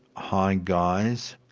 hi guys.